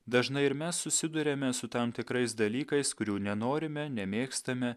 dažnai ir mes susiduriame su tam tikrais dalykais kurių nenorime nemėgstame